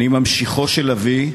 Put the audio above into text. אני ממשיכו של אבי,